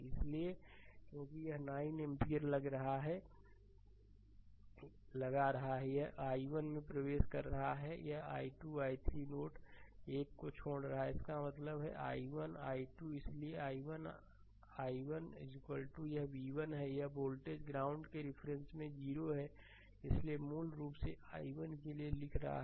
इसलिए क्योंकि यह 9 एम्पीयर लगा रहा है यह i1 में प्रवेश कर रहा है i2 i3 नोड 1 छोड़ रहा है इसका मतलब है i1 i2 इसलिए i1 i1 यह v1 है यह वोल्टेज ग्राउंड के रिफरेंस में 0 है इसलिए मूल रूप से i1 के लिए यहां लिख रहा है